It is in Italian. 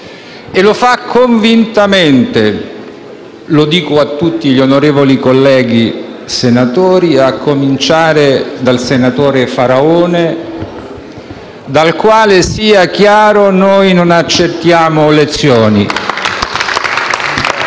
E lo fa convintamente, lo dico a tutti gli onorevoli colleghi senatori, a cominciare dal senatore Faraone, dal quale - sia chiaro - noi non accettiamo lezioni. *(Applausi